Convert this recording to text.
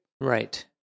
Right